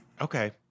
Okay